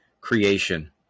creation